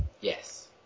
Yes